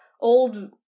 old